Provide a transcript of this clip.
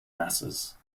masses